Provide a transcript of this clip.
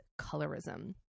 colorism